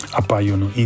appaiono